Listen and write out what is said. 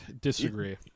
disagree